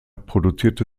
produzierte